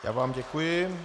Já vám děkuji.